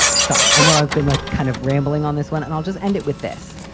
sorry, i know i've been like kind of rambling on this one, and i'll just end it with this.